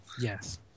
Yes